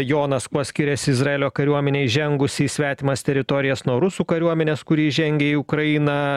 jonas kuo skiriasi izraelio kariuomenė įžengusi į svetimas teritorijas nuo rusų kariuomenės kuri įžengė į ukrainą